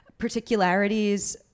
particularities